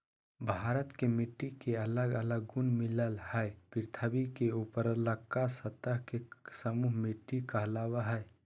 भारत के मिट्टी के अलग अलग गुण मिलअ हई, पृथ्वी के ऊपरलका सतह के कण समूह मिट्टी कहलावअ हई